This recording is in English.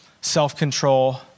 self-control